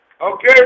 Okay